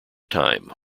time